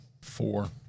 Four